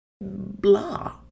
blah